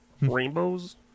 Rainbows